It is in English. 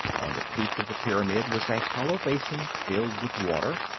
on the peak of the pyramid was a hollow basin filled with water.